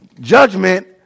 judgment